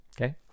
Okay